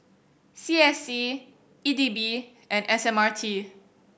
C S C E D B and S M R T